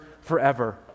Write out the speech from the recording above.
forever